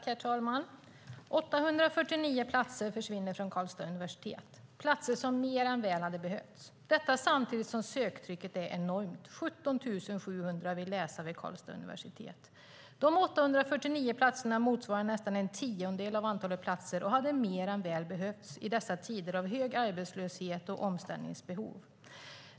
Herr talman! 849 platser försvinner från Karlstads universitet - platser som mer än väl hade behövts. Detta sker samtidigt som söktrycket är enormt. 17 700 vill läsa vid Karlstads universitet. De 849 platserna motsvarar nästan en tiondel av antalet platser, och de hade mer än väl behövts i dessa tider av hög arbetslöshet och omställningsbehov.